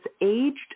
aged